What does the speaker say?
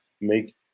make